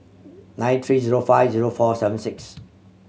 nine three zero five zero four seven six